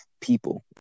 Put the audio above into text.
people